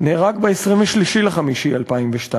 נהרג ב-23 במאי 2002,